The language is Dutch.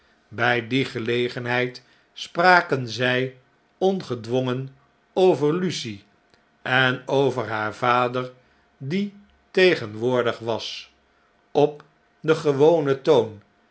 bjj die gelegenheid spraken zij ongedwongen over lucie en over haar vader die teenwoordig was op den gewonen toon